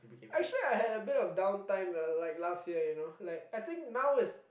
actually I had a bit of down time lah like last year you know like I think now is